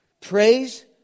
Praise